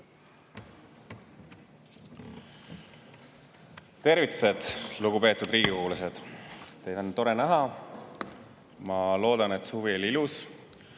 Tervitused, lugupeetud riigikogulased! Teid on tore näha. Ma loodan, et suvi oli ilus.